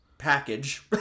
package